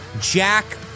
Jack